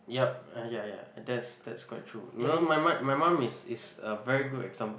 yup uh ya ya that's that's quite true my mum my mum is is a very good example